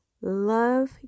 love